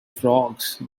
frogs